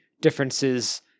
differences